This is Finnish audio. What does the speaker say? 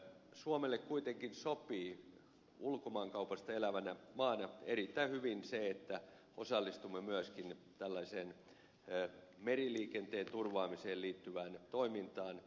suomelle kuitenkin sopii ulkomaankaupasta elävänä maana erittäin hyvin se että osallistumme myöskin tällaiseen meriliikenteen turvaamiseen liittyvään toimintaan